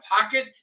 pocket